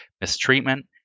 Mistreatment